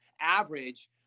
average